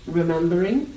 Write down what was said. remembering